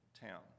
town